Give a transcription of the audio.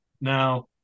Now